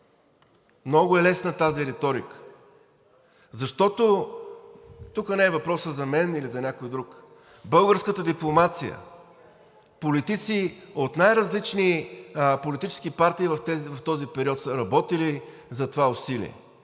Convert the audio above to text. Много е лесна тази риторика, защото тук въпросът не е за мен или за някой друг. Българската дипломация, политици от най-различни политически партии в този период са работили за това усилие.